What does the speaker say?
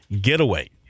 getaway